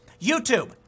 YouTube